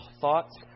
thoughts